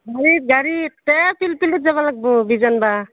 হেৰিত গাড়ীত এই পিলপিলিত যাব লাগব বীজ আনবা